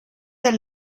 del